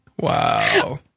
Wow